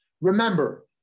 Remember